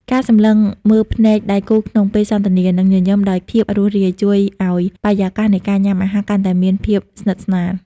ការសម្លឹងមើលភ្នែកដៃគូក្នុងពេលសន្ទនា និងញញឹមដោយភាពរួសរាយ ជួយឱ្យបរិយាកាសនៃការញ៉ាំអាហារកាន់តែមានភាពស្និទ្ធស្នាល។